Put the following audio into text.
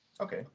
Okay